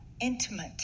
intimate